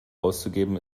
auszugeben